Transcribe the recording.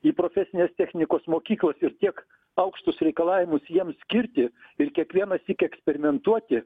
į profesines technikos mokyklas ir tiek aukštus reikalavimus jiems skirti ir kiekvienąsyk eksperimentuoti